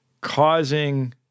causing